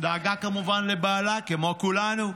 דאגה כמובן לבעלה, כמו כולנו.